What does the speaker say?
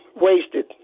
Wasted